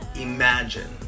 imagine